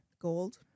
Gold